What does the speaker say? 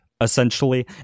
essentially